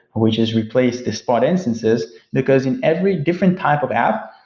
we just replace the spot instances, because in every different type of app,